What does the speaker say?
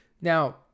Now